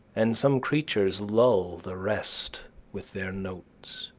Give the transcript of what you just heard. and some creatures lull the rest with their notes.